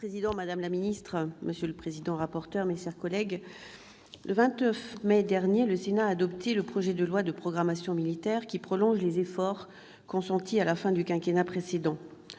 Monsieur le président, madame la ministre, mes chers collègues, le 29 mai dernier, le Sénat a adopté le projet de loi de programmation militaire, qui prolonge les efforts consentis à la fin du quinquennat précédent.